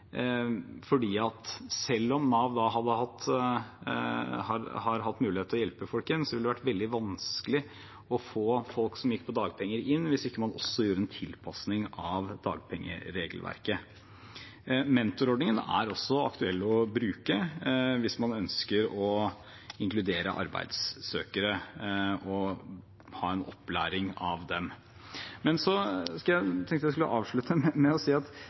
selv om Nav har hatt mulighet til å hjelpe folk igjen, ville det ha vært veldig vanskelig å få inn folk som gikk på dagpenger, hvis man ikke også gjorde en tilpasning i dagpengeregelverket. Mentorordningen er også aktuell å bruke hvis man ønsker å inkludere arbeidssøkere og ha en opplæring av dem. Men jeg tenkte jeg skulle avslutte med å si at